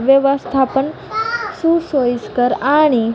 व्यवस्था पण सुसोयीस्कर आणि